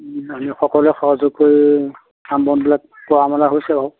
সকলোৱে সহযোগ কৰি কাম বনবিলাক কৰা মেলা হৈছে আৰু